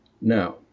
Now